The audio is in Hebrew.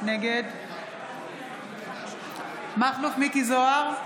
נגד מכלוף מיקי זוהר,